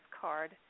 card